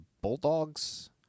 Bulldogs